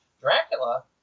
Dracula